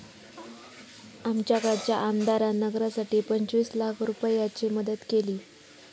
आमच्याकडच्या आमदारान नगरासाठी पंचवीस लाख रूपयाची मदत केली